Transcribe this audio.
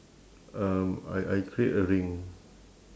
um I I create a ring